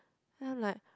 then I'm like